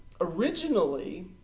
Originally